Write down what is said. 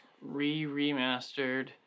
re-remastered